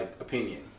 opinion